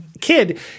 kid